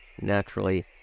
Naturally